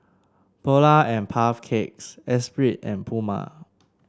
Polar and Puff Cakes Espirit and Puma